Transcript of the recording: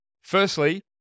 Firstly